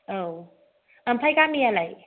औ ओमफ्राय गामियालाय